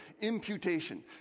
Imputation